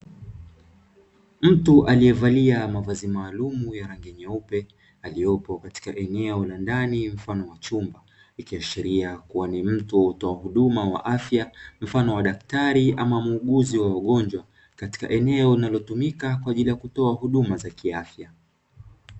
Mtu aliyevalia mavazi maalumu ya rangi nyeupe, aliepo katika eneo la ndani mfano chumba, ikiashiria kuwa ni mtu wa hutoa huduma wa afya mfano daktari ama muuguzi wa wagonjwa, katika eneo lililotumika katika kutoa huduma za kiafya.